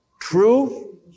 True